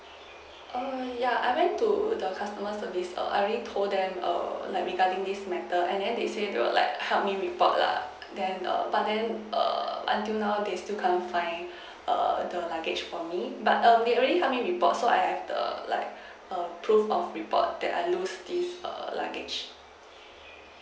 err ya I went to the customer service err I already told them err like regarding this matter and then they say they like help me report lah then err but then err until now they still can't fine err the luggage for me but err they already help me report so I have the like a prove of report that I lose this err luggage